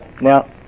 Now